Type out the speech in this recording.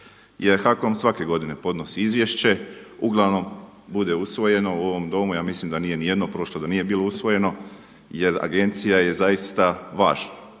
Jer HAKOM svake godine podnosi izvješće. Uglavnom bude usvojeno u ovom Domu. Ja mislim da nije ni jedno prošlo, da nije bilo usvojeno. Jer agencija je zaista važna.